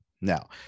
Now